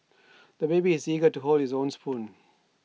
the baby is eager to hold his own spoon